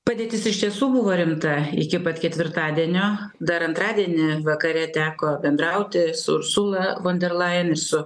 padėtis iš tiesų buvo rimta iki pat ketvirtadienio dar antradienį vakare teko bendrauti su ursula von der leyen su